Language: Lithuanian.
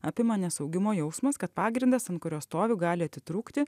apima nesaugumo jausmas kad pagrindas ant kurio stoviu gali atitrūkti